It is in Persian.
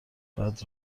بعد